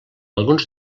alguns